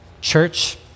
church